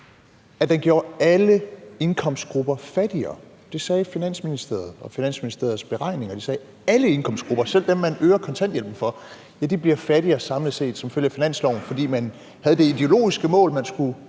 at den gjorde alle indkomstgrupper fattigere. Det sagde Finansministeriets beregninger. Alle indkomstgrupper, selv dem, man øger kontanthjælpen for, bliver fattigere samlet set som følge af finansloven, fordi man havde det ideologiske mål, at man skulle